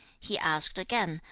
he asked again,